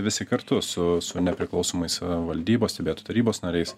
visi kartu su su nepriklausomais valdybos tarybos nariais